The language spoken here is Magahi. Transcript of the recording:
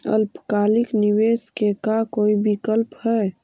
अल्पकालिक निवेश के का कोई विकल्प है?